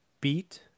beat